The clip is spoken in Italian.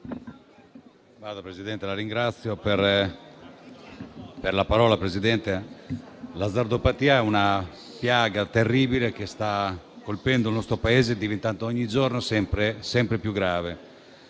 Presidente, l'azzardopatia è una piaga terribile che sta colpendo il nostro Paese, diventando ogni giorno sempre più grave.